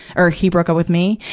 or he broke up with me.